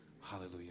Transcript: Hallelujah